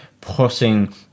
putting